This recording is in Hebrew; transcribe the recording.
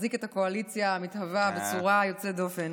מחזיק את הקואליציה המתהווה בצורה יוצאת דופן.